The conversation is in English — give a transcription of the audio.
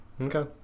Okay